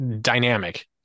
dynamic